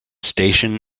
station